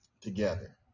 together